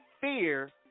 fear